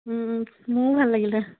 মোৰো ভাল লাগিলে